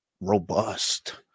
robust